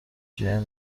gen